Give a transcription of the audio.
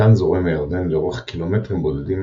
מכאן זורם הירדן לאורך קילומטרים בודדים,